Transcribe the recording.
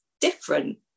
different